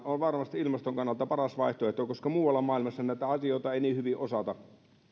on varmasti ilmaston kannalta paras vaihtoehto koska muualla maailmassa näitä asioita ei niin hyvin